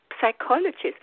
psychologist